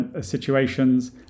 situations